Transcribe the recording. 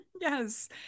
Yes